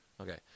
Okay